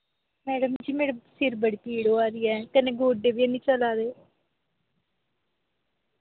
madam ji मेरे सिर बड़ी पीड़ होआ दी ऐ कन्नै गोड्डे बी हैनी चला दे